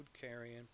carrying